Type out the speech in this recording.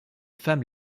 femmes